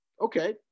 Okay